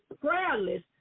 prayerless